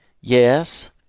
Yes